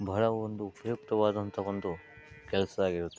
ಬಹಳ ಒಂದು ಉಪಯುಕ್ತವಾದಂಥ ಒಂದು ಕೆಲಸ ಆಗಿರುತ್ತೆ